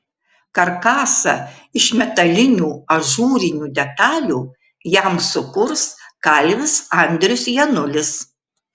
karkasą iš metalinių ažūrinių detalių jam sukurs kalvis andrius janulis